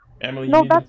Emily